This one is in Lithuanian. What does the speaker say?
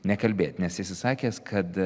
nekalbėt nes esi sakęs kad